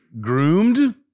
Groomed